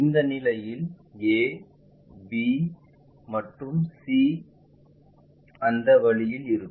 இந்த நிலையில் a b மற்றும் c அந்த வழியில் இருக்கும்